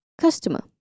customer